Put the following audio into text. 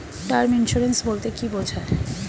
Term insurance বলতে কী বোঝায়?